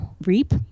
reap